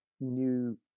new